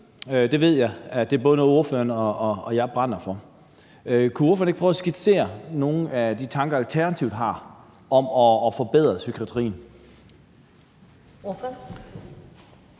ved jeg at både ordføreren og jeg brænder for. Kunne ordføreren ikke prøve at skitsere nogle af de tanker, Alternativet har om at forbedre psykiatrien? Kl.